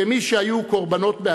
כמי שהיו בעצמם